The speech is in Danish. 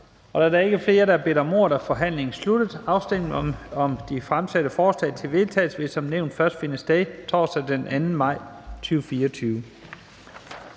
Da der ikke er flere, der har bedt om ordet, er forhandlingen sluttet. Afstemning om de fremsatte forslag til vedtagelse vil som nævnt først finde sted torsdag den 2. maj 2024.